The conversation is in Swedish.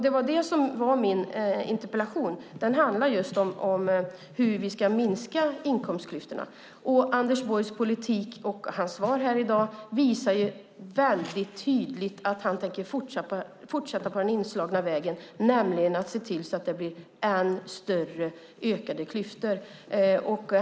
Det var det min interpellation handlade om: hur vi ska minska inkomstklyftorna. Anders Borgs politik och hans svar här i dag visar väldigt tydligt att han tänker fortsätta på den inslagna vägen, nämligen att se till att det blir ännu större klyftor.